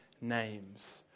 names